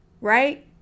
right